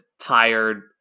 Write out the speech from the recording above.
tired